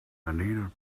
anita